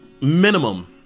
minimum